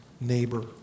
neighbor